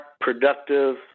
productive